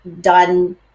done